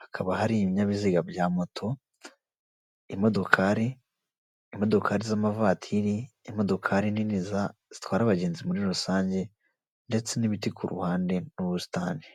hakaba hari ibinyabiziga bya moto, imodokari, imodokari z'amavatiri, imodokari nini zitwara abagenzi muri rusange, ndetse n'ibiti ku ruhande rw'ubusitani.